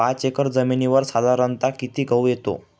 पाच एकर जमिनीवर साधारणत: किती गहू येतो?